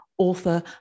author